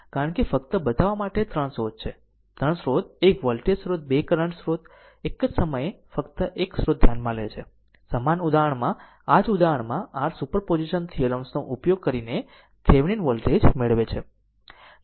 કારણ કે ફક્ત બતાવવા માટે 3 સ્રોત છે 3 સ્ત્રોતો એક વોલ્ટેજ સ્રોત 2 કરંટ સ્રોત એક જ સમયે ફક્ત એક સ્રોત ધ્યાનમાં લે છે સમાન ઉદાહરણમાં આ જ ઉદાહરણમાં r સુપર પોઝિશન થીયરમ્સ નો ઉપયોગ કરીને થેવેનિન વોલ્ટેજ મેળવે છે